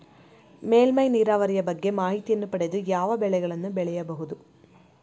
ಮೇಲ್ಮೈ ನೀರಾವರಿಯ ಬಗ್ಗೆ ಮಾಹಿತಿಯನ್ನು ಪಡೆದು ಯಾವ ಬೆಳೆಗಳನ್ನು ಬೆಳೆಯಬಹುದು?